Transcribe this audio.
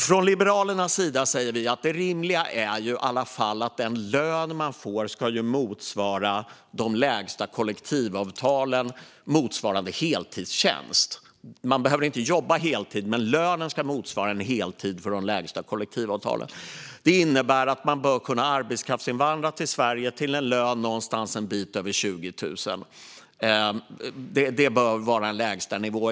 Från Liberalernas sida säger vi att det rimliga är att den lön man får ska motsvara de lägsta kollektivavtalade lönerna som överensstämmer med en heltidstjänst. Man behöver inte jobba heltid, men lönen ska motsvara en heltid i de lägsta kollektivavtalen. Det innebär att man bör kunna arbetskraftsinvandra till Sverige till en lön en bit över 20 000. Det bör vara en lägsta nivå.